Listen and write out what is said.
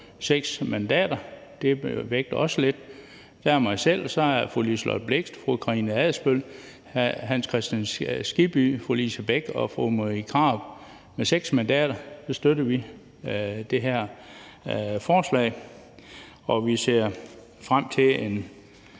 seks mandater. Det vægter også lidt. Der er mig selv, og så er det fru Liselott Blixt, fru Karina Adsbøl, hr. Hans Kristian Skibby, fru Lise Bech og fru Marie Krarup. Med seks mandater støtter vi det her forslag, og vi ser frem til den